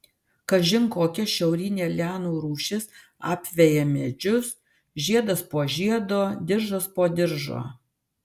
kažin kokia šiaurinė lianų rūšis apveja medžius žiedas po žiedo diržas po diržo